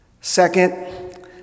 Second